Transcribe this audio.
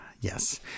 Yes